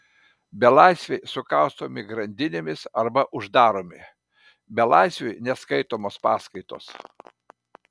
belaisviai sukaustomi grandinėmis arba uždaromi belaisviui neskaitomos paskaitos